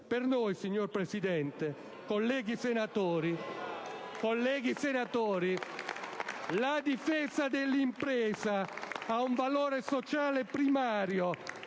Per noi, signor Presidente, colleghi senatori, la difesa dell'impresa ha un valore sociale primario